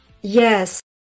Yes